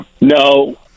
No